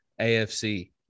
afc